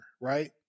right